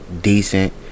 decent